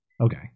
Okay